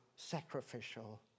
Sacrificial